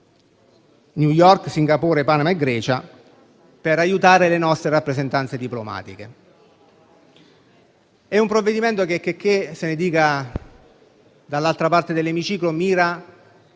(New York, Singapore, Panama e Grecia) per aiutare le nostre rappresentanze diplomatiche. È un provvedimento - checché se ne dica dall'altra parte dell'Emiciclo -